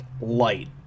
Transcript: light